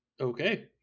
okay